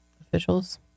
officials